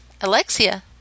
Alexia